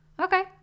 Okay